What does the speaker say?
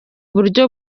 buryo